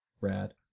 rad